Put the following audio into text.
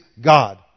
God